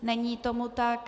Není tomu tak.